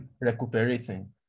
recuperating